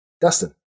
Dustin